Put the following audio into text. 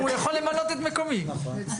אני בחברות עם יושב-ראש הוועדה יוסי